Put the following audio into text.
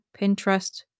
Pinterest